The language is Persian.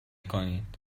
کنید